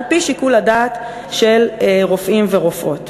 על-פי שיקול הדעת של רופאים ורופאות.